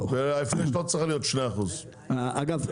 וההפרש לא צריך להיות 2%. אגב,